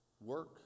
Work